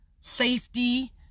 Safety